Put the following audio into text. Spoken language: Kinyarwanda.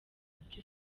ibyo